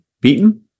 Beaten